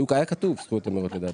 היה כתוב זכויות אמירות לדעתי.